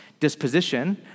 Disposition